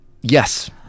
yes